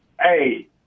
hey